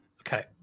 Okay